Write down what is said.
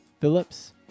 Phillips